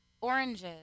Oranges